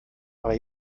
aber